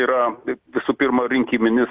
yra visų pirma rinkiminis